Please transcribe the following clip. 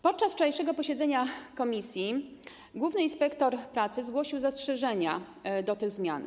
Podczas wczorajszego posiedzenia komisji główny inspektor pracy zgłosił zastrzeżenia co do tych zmian.